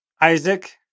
Isaac